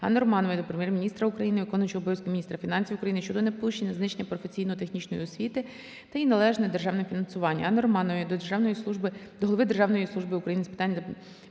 Анни Романової до Прем'єр-міністра України, виконувача обов'язків Мміністра фінансів України щодо недопущення знищення професійно-технічної освіти та її належне державне фінансування. Анни Романової до Голови Державної служби України з питань безпечності